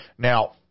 Now